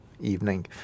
evening